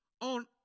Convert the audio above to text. on